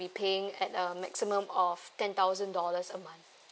paying at uh maximum of ten thousand dollars a month